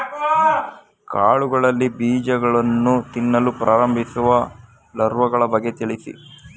ಕಾಳುಗಳಲ್ಲಿ ಬೀಜಗಳನ್ನು ತಿನ್ನಲು ಪ್ರಾರಂಭಿಸುವ ಲಾರ್ವಗಳ ಬಗ್ಗೆ ತಿಳಿಸಿ?